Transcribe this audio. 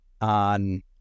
on